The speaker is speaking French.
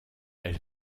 elle